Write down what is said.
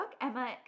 Emma